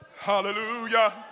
Hallelujah